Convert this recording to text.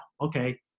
okay